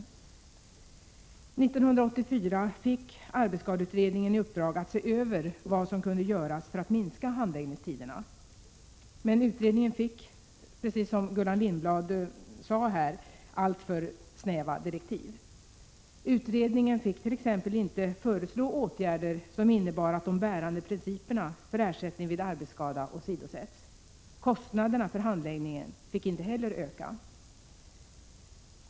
År 1984 fick arbetsskadeutredningen i uppdrag att se över vad som kunde göras för att minska handläggningstiderna. Men utredningen fick, precis som Gullan Lindblad sade, alltför snäva direktiv. Utredningen fick t.ex. inte föreslå åtgärder som innebar att de bärande principerna för ersättning vid arbetsskada åsidosattes. Kostnaderna för handläggningen fick inte heller öka.